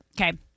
Okay